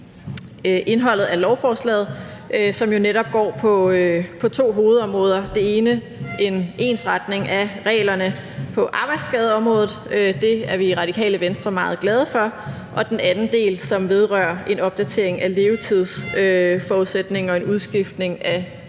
indholdet af lovforslaget, som jo netop går på to hovedområder. Det ene er en ensretning af reglerne på arbejdsskadeområdet. Det er vi i Radikale Venstre meget glade for. Den anden del vedrører en opdatering af levetidsforudsætninger og en udskiftning af